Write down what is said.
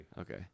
Okay